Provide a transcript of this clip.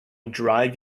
drive